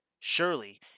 Surely